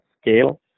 scale